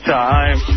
time